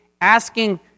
asking